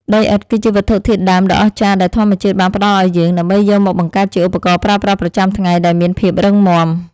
ដីឥដ្ឋគឺជាវត្ថុធាតុដើមដ៏អស្ចារ្យដែលធម្មជាតិបានផ្ដល់ឱ្យយើង ដើម្បីយកមកបង្កើតជាឧបករណ៍ប្រើប្រាស់ប្រចាំថ្ងៃដែលមានភាពរឹងមាំ។